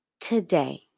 today